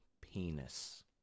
penis